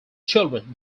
children